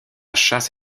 chasse